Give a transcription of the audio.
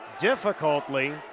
difficultly